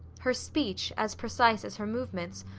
her speech, as precise as her movements,